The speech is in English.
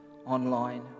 Online